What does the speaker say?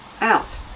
out